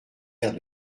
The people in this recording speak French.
airs